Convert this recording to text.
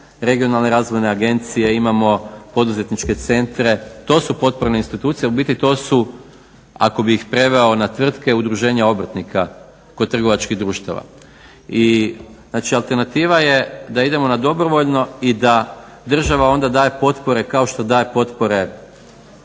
regionalne razvojne agencije, imamo poduzetničke centre. To su potporne institucije, u biti to su ako bi ih preveo na tvrtke udruženja obrtnika kod trgovačkih društava. I znači alternativa je da idemo na dobrovoljno i da država onda daje potpore kao što daje potpore